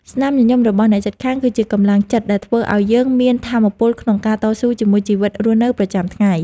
ស្នាមញញឹមរបស់អ្នកជិតខាង គឺជាកម្លាំងចិត្តដែលធ្វើឱ្យយើងមានថាមពលក្នុងការតស៊ូជាមួយជីវិតរស់នៅប្រចាំថ្ងៃ។